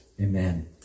amen